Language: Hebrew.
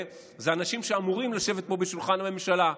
אלה אנשים שאמורים לשבת פה בשולחן הממשלה.